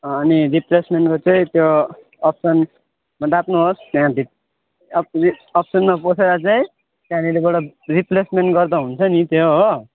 अनि रिप्लेसमेन्टको चाहिँ त्यो अप्सनमा दाब्नुहोस् त्यहाँदेखि अप्सन अप्सनमा पसेर चाहिँ त्यहाँनिरबाट रिप्लेसमेन्ट गर्दा हुन्छ नि त्यो हो